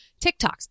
TikToks